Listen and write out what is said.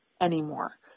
anymore